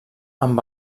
amb